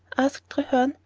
asked treherne,